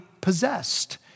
possessed